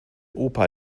opa